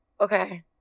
okay